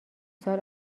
سال